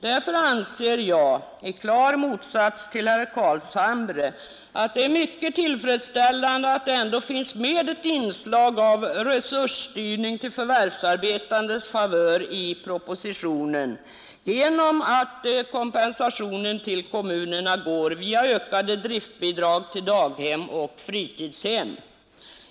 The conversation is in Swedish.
Därför anser jag i klar motsats till herr Carlshamre att det är mycket tillfredsställande att det ändå i propositionen finns med ett inslag av resursstyrning till förvärvsarbetandes favör genom att kompensationen till kommunerna går via ökade driftbidrag till daghem och fritidshem.